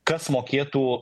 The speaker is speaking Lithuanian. kas mokėtų